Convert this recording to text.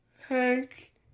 Hank